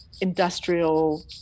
industrial